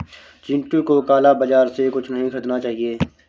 चिंटू को काला बाजार से कुछ नहीं खरीदना चाहिए